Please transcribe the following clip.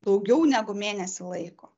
daugiau negu mėnesį laiko